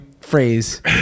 phrase